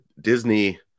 Disney